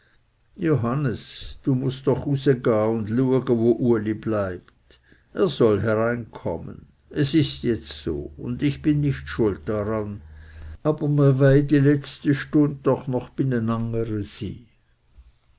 johannes du mußt doch use und ga luege wo uli bleibt er soll hineinkommen es ist jetzt so und ich bin nicht schuld daran aber mir wey die letzti stund doch noch binenangere sy